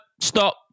stop